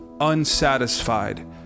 unsatisfied